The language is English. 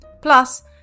Plus